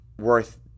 worth